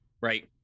right